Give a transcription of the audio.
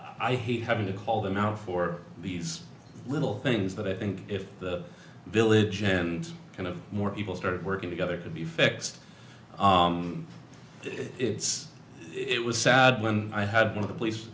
i hate having to call them out for these little things that i think if the village and kind of more people start working together to be fixed it's it was sad when i had one of the police